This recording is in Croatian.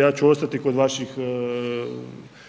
ja ću ostati kod vaših